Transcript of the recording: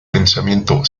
pensamiento